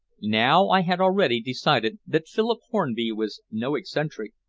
now i had already decided that philip hornby was no eccentric,